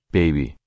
baby